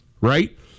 right